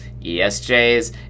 ESJs